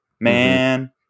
man